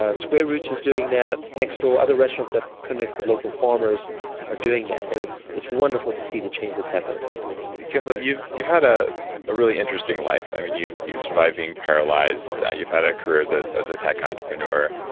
ah square roots is doing that, next door, other restaurants that connect with local farmers are doing that and it's it's wonderful to see the change that's happening kimbal, you've you've had a a really interesting life. i mean you've you've survived being paralyzed you've had a career ah as a tech entrepreneur.